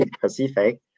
Pacific